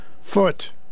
foot